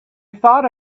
thought